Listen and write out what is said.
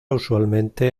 usualmente